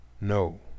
No